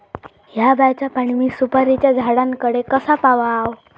हया बायचा पाणी मी सुपारीच्या झाडान कडे कसा पावाव?